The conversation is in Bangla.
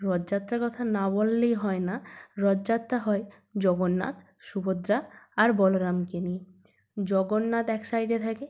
রথযাত্রার কথা না বললেই হয় না রথযাত্রা হয় জগন্নাথ সুভদ্রা আর বলরামকে নিয়ে জগন্নাথ এক সাইডে থাকে